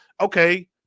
okay